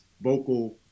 vocal